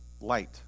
light